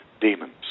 demons